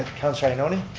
councilor ioannoni.